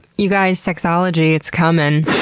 you guys, sexology. it's coming.